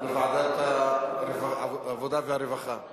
לוועדת העבודה והרווחה.